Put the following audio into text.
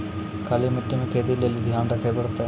काली मिट्टी मे खेती लेली की ध्यान रखे परतै?